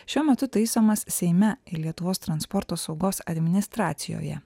šiuo metu taisomas seime ir lietuvos transporto saugos administracijoje